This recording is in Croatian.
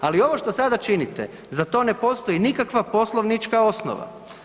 Ali ovo što sada činite za to ne postoji nikakva poslovnička osnova.